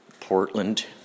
Portland